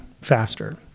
faster